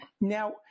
Now